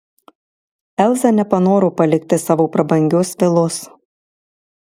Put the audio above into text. elza nepanoro palikti savo prabangios vilos